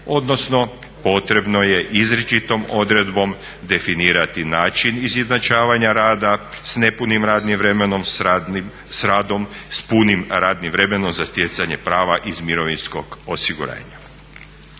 odnosno potrebno je izričitom odredbom definirati način izjednačavanja rada s nepunim radnim vremenom s radom s punim radnim vremenom za stjecanje prava iz mirovinskog osiguranja.